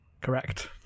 correct